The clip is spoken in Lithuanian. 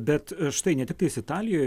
bet štai ne tiktais italijoj